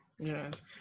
Yes